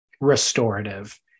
restorative